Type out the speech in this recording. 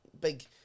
big